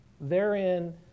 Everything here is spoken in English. Therein